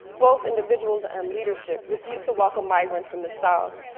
both individuals and leadership, refused to welcome migrants from the south,